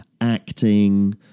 acting